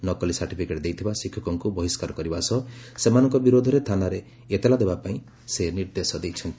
ନକଲି ସାର୍ଟିଫିକେଟ୍ ଦେଇଥିବା ଶିକ୍ଷକଙ୍କୁ ବହିଷ୍କାର କରିବା ସହ ସେମାନଙ୍କ ବିରୋଧରେ ଥାନାରେ ଏତଲା ଦେବା ପାଇଁ ସେ ନିର୍ଦ୍ଦେଶ ଦେଇଛନ୍ତି